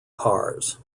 cars